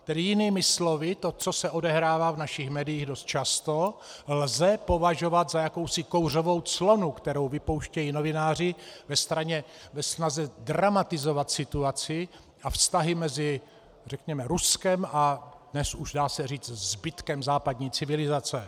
Tedy jinými slovy, to, co se odehrává v našich médiích dost často, lze považovat za jakousi kouřovou clonu, kterou vypouštějí novináři ve snaze dramatizovat situaci a vztahy mezi řekněme Ruskem a dnes už dá se říct zbytkem západní civilizace.